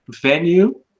venue